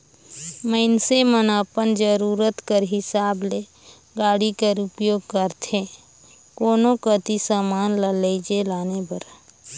मइनसे मन अपन जरूरत कर हिसाब ले गाड़ी कर उपियोग करथे कोनो कती समान ल लेइजे लाने बर